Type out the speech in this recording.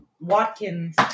Watkins